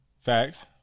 Facts